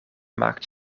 maakt